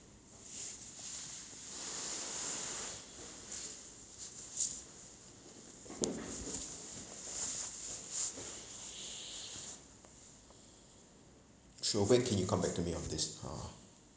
so when can you come back to me on this uh